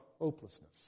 hopelessness